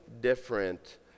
different